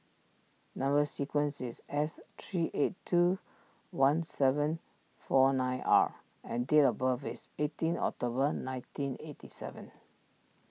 Number Sequence is S three eight two one seven four nine R and date of birth is eighteen October nineteen eighty seven